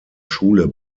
schule